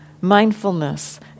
mindfulness